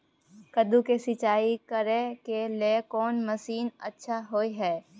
कद्दू के सिंचाई करे के लेल कोन मसीन अच्छा होय है?